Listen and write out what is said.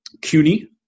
CUNY